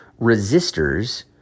resistors